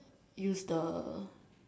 use the